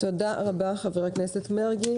תודה רבה, חבר הכנסת מרגי.